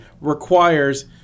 requires